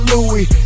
Louis